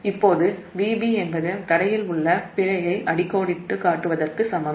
இப்போது Vb என்பது தரையில் உள்ள பிழையை அடிக்கோடிட்டுக் காட்டுவதற்கு சமம்